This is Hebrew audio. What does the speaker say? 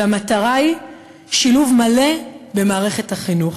והמטרה היא שילוב מלא במערכת החינוך.